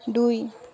দুই